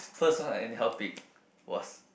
first one I anyhow pick was